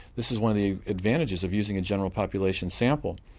this is one of the advantages of using a general population sample,